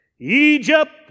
Egypt